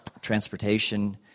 transportation